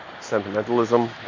sentimentalism